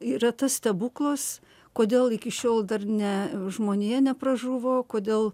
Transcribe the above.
yra tas stebuklas kodėl iki šiol dar ne žmonija nepražuvo kodėl